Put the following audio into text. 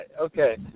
okay